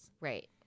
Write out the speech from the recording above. Right